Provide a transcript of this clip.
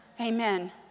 Amen